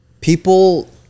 people